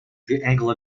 angle